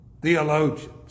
theologians